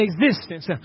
existence